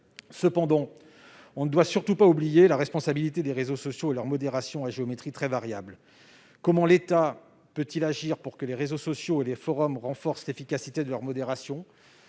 Cela ne doit surtout pas nous faire oublier la responsabilité des réseaux sociaux et leur modération à géométrie très variable. Comment l'État peut-il agir pour que ces réseaux sociaux et les forums renforcent l'efficacité de leur modération ?